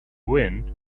wind